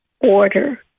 order